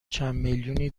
چندمیلیونی